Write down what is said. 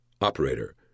Operator